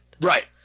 right